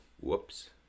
whoops